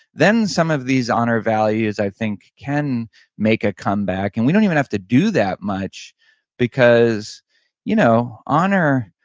then some of these honor values i think can make a comeback, and we don't even have to do that much because you know honor,